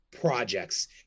projects